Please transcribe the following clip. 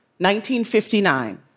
1959